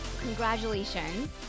Congratulations